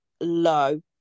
low